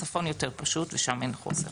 בצפון יותר פשוט, ושם אין חוסר.